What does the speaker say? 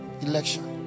election